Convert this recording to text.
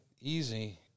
easy